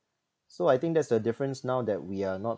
so I think that's the difference now that we are not